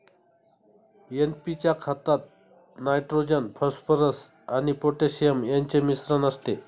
NP च्या खतात nitrogen, phosphorus आणि पोटॅशियम यांचे मिश्रण असते